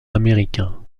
américain